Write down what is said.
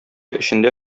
эчендә